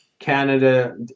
Canada